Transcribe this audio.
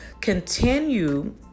continue